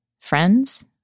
friends